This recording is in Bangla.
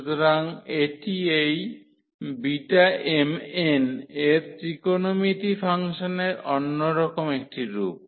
সুতরাং এটি এই Bmn এর ত্রিকোণমিতি ফাংশনের অন্যরকম একটি রূপ